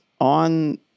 on